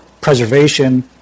preservation